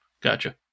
Gotcha